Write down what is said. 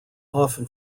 often